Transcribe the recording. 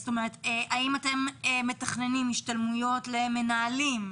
האם אתם מתכננים השתלמויות למנהלים?